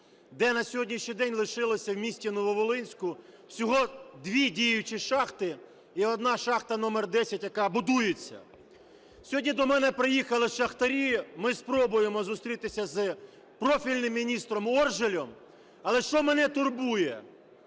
де на сьогоднішній день лишилося в місті Нововолинську всього дві діючі шахти і одна шахта №10, яка будується. Сьогодні до мене приїхали шахтарі, ми спробуємо зустрітися з профільним міністром Оржелем. Але що мене турбує.